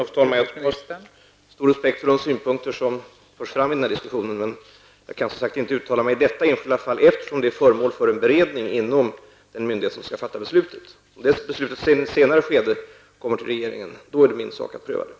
Fru talman! Jag har stor respekt för de synpunkter som förs fram i diskussionen. Jag kan som sagt inte uttala mig i detta enskilda fall, eftersom det är föremål för en beredning inom den myndighet som skall fatta beslutet. När beslutet i ett senare skede kommer till regeringen är det min sak att pröva frågan.